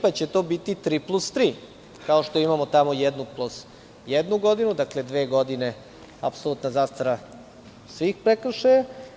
Pa će to biti tri plus tri, kao što imamo tamo jednu plus jednu godinu, dakle dve godine, apsolutna zastara svih prekršaja.